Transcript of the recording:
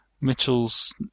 Mitchell's